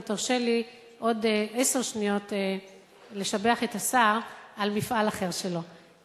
אם תרשה לי עוד עשר שניות לשבח את השר על מפעל אחר שלו,